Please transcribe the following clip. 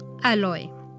alloy